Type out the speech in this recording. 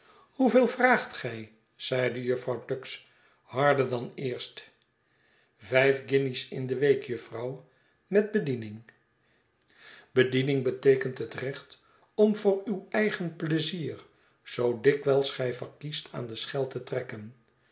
hoeveel vraagt gij zeide jufvrouw tuggs harder dan eerst vijf guinjes in de week jufvrouw met bediening bediening beteekent het recht om voor uw eigen pleizier zoo dikwijls gij verkiest aan de schel te trekken